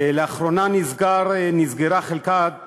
לאחרונה נסגרה חלקה